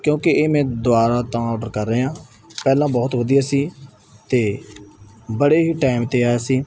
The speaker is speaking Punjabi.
ਕਿਉਂਕਿ ਇਹ ਮੈਂ ਦੁਬਾਰਾ ਤਾਂ ਆਰਡਰ ਕਰ ਰਿਹਾ ਪਹਿਲਾਂ ਬਹੁਤ ਵਧੀਆ ਸੀ ਅਤੇ ਬੜੇ ਹੀ ਟਾਈਮ 'ਤੇ ਆਇਆ ਸੀ